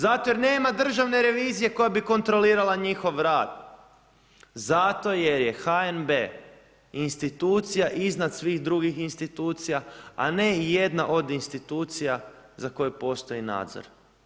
Zato jer nema državne revizije koja bi kontrolirala njihov rad, zato jer je HNB institucija iznad svih drugih institucija a ne i jedna od institucija za koju postoji nadzor.